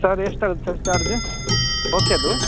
sir ಎಷ್ಟಾಗತ್ತೆ sir charge okay ಅದು